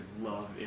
love